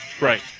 right